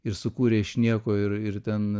ir sukūrė iš nieko ir ir ten